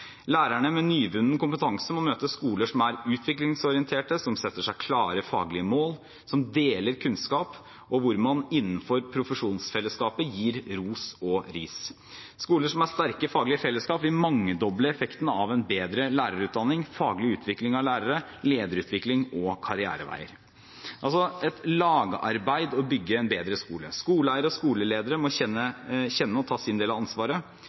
Lærerne med nyvunnen kompetanse må møte skoler som er utviklingsorienterte, som setter seg klare faglige mål, som deler kunnskap, og hvor man innenfor profesjonsfellesskapet gir ros og ris. Skoler som har sterke faglige fellesskap, vil mangedoble effekten av en bedre lærerutdanning, faglig utvikling av lærere, lederutvikling og karriereveier. Det er altså et lagarbeid å bygge en bedre skole. Skoleeiere og skoleledere må kjenne og ta sin del av ansvaret.